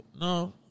No